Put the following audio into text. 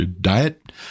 Diet